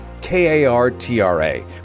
K-A-R-T-R-A